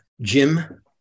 Jim